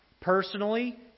personally